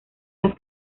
las